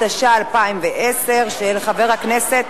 התשע"א 2010, של חברי הכנסת